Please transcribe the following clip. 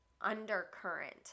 undercurrent